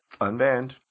Unbanned